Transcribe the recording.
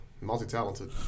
multi-talented